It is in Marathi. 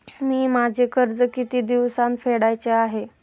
मी माझे कर्ज किती दिवसांत फेडायचे आहे?